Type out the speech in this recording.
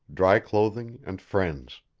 dry clothing and friends.